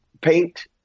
paint